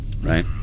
right